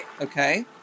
Okay